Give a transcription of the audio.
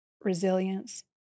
resilience